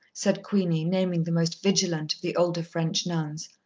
said queenie, naming the most vigilant of the older french nuns.